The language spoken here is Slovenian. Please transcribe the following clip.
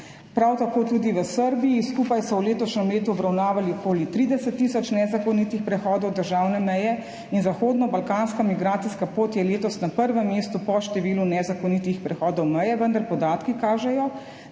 prav tako tudi v Srbiji, v letošnjem letu so skupaj obravnavali okoli 30 tisoč nezakonitih prehodov državne meje in zahodnobalkanska migracijska pot je letos na prvem mestu po številu nezakonitih prehodov meje, vendar podatki kažejo,